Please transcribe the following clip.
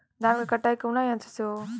धान क कटाई कउना यंत्र से हो?